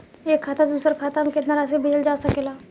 एक खाता से दूसर खाता में केतना राशि भेजल जा सके ला?